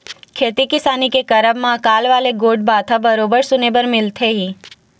खेती किसानी के करब म अकाल वाले गोठ बात ह बरोबर सुने बर मिलथे ही